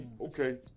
Okay